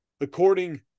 according